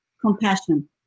compassion